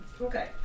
okay